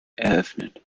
eröffnet